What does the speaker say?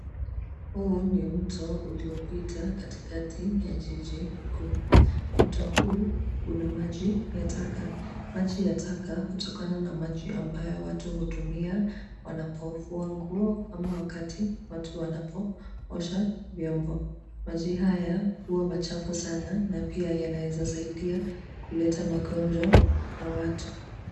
Huu ni mto uliopita katikati ya jiji kuu, mto huu una maji ya taka, maji ya taka hutokana na maji ambayo watu hutumia wanapofua nguo ama wakati watu wanapo osha vyombo , maji haya huwa machafu sana na pia yanaeza saidia kuleta magonjwa kwa watu.